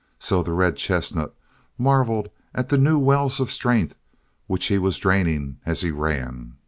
so the red-chestnut marvelled at the new wells of strength which he was draining as he ran.